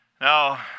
Now